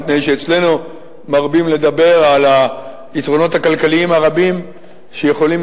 מפני שאצלנו מרבים לדבר על היתרונות הכלכליים הרבים שיכולים